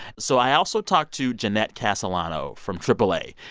so i also talked to jeanette casselano from aaa.